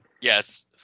Yes